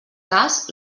cas